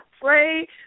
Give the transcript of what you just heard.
pray